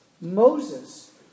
Moses